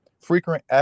frequent